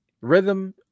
Rhythm